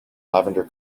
lavender